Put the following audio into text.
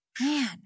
Man